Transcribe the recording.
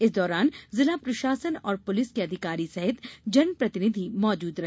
इस दौरान जिला प्रशासन और पुलिस के अधिकारी सहित जन प्रतिनिधि मौजूद रहे